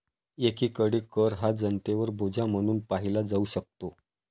एकीकडे कर हा जनतेवर बोजा म्हणून पाहिला जाऊ शकतो